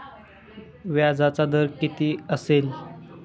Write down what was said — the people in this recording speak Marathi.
व्याजाचा दर किती असेल?